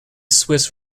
swiss